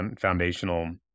foundational